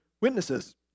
witnesses